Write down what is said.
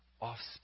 offspring